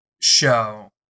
show